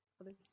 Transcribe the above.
others